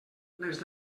les